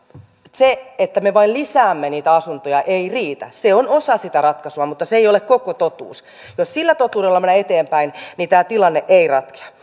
se että me vain lisäämme niitä asuntoja ei riitä se on osa sitä ratkaisua mutta se ei ole koko totuus jos sillä totuudella mennään eteenpäin niin tämä tilanne ei ratkea